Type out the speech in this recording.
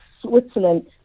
Switzerland